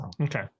Okay